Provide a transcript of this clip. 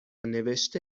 نوشته